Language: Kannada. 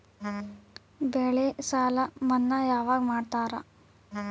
ಬೆಳೆ ಸಾಲ ಮನ್ನಾ ಯಾವಾಗ್ ಮಾಡ್ತಾರಾ?